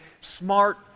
smart